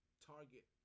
target